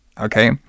okay